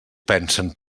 pensen